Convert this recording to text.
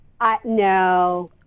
No